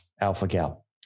alpha-gal